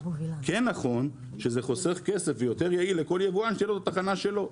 כן נכון שזה חוסך כסף ויותר יעיל לכל יבואן שיהיה לו התחנה שלו,